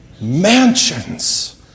mansions